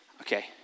Okay